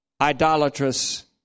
idolatrous